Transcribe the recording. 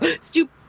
stupid